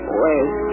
wait